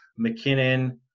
McKinnon